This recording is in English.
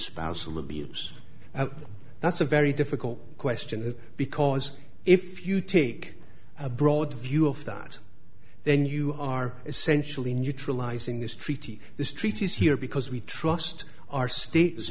spousal abuse that's a very difficult question because if you take a broad view of that then you are essentially neutralizing this treaty this treaty is here because we trust our state